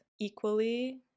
equally